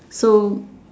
so